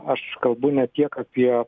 aš kalbu ne tiek apie